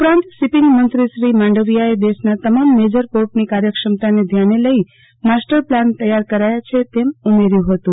ઉપરાંત શિપીંગ મંત્રીશ્રી માંડવીયાએ દેશના તમામ મેજર પોર્ટની કાર્યક્ષમતાને ધ્યાને લઇ માસ્ટર પ્લાન તૈયાર કરાયા છે તેમ ઉમેર્યું હતું